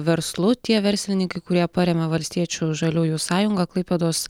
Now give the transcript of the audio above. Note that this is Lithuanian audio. verslu tie verslininkai kurie paremia valstiečių ir žaliųjų sąjungą klaipėdos